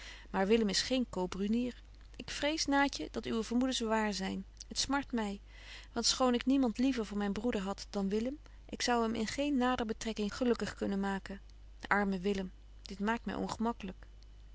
willem is geen coo brunier ik vrees naatje dat uwe vermoedens wààr zyn t smart my want schoon ik niemand liever voor myn broeder had dan willem ik zou hem in geen nader betrekking gelukkig kunnen maken arme willem dit maakt my ongemaklyk